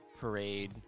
Parade